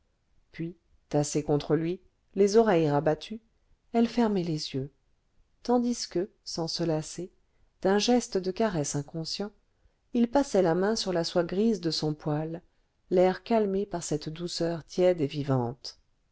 puis tassée contre lui les oreilles rabattues elle fermait les yeux tandis que sans se lasser d'un geste de caresse inconscient il passait la main sur la soie grise de son poil l'air calmé par cette douceur tiède et vivante